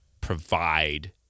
provide